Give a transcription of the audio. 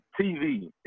TV